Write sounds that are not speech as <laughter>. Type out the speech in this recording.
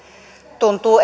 tuntuu <unintelligible>